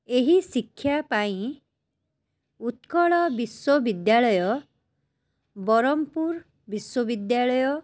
ଏହି ଶିକ୍ଷା ପାଇଁ ଉତ୍କଳ ବିଶ୍ୱବିଦ୍ୟାଳୟ ବରମପୁର ବିଶ୍ୱବିଦ୍ୟାଳୟ